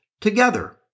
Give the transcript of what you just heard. together